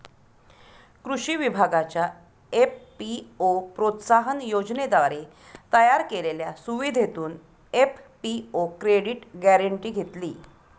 कृषी विभागाच्या एफ.पी.ओ प्रोत्साहन योजनेद्वारे तयार केलेल्या सुविधेतून एफ.पी.ओ क्रेडिट गॅरेंटी घेतली